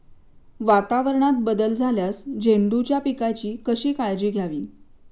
वातावरणात बदल झाल्यास झेंडूच्या पिकाची कशी काळजी घ्यावी?